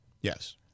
Yes